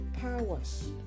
Powers